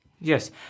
Yes